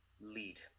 lead